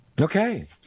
Okay